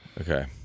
Okay